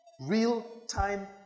Real-time